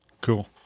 Cool